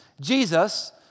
Jesus